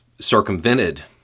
circumvented